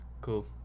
Cool